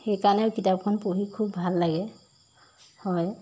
সেইকাৰণেও কিতাপখন পঢ়ি খুব ভাল লাগে হয়